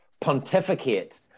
pontificate